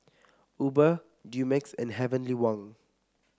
Uber Dumex and Heavenly Wang